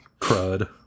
crud